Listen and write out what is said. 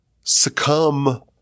succumb